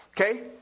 Okay